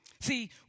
See